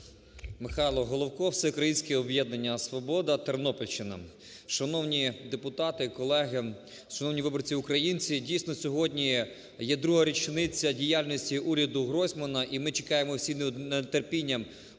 Михайло Головко, Всеукраїнське об'єднання "Свобода", Тернопільщина. Шановні депутати, колеги, шановні виборці українці! Дійсно, сьогодні є друга річниця діяльності уряду Гройсмана, і ми чекаємо всі з нетерпінням